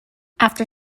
after